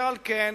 אשר על כן,